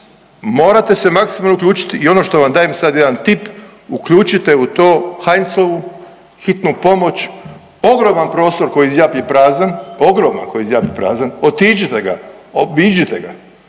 morate se maksimalno uključiti i ono što vam dajem sad jedan tip, uključite u to Heinzelovu Hitnu pomoć, ogroman prostor koji zjapi prazan, ogroman koji zjapi prazan, otiđite ga, obiđite ga